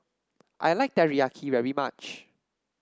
I like Teriyaki very much